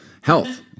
Health